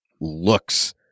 looks